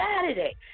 Saturday